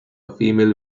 female